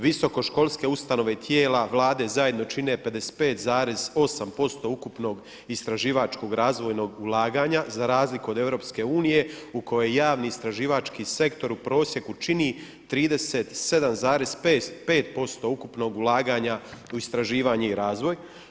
Visoko školske ustanove i tijela Vlade zajedno čine 55,8% ukupnog istraživačko-razvojnog ulaganja za razliku od EU-a u kojoj javni istraživački sektor u prosjeku čini 37,5% ukupnog ulaganja u istraživanje i razvoj.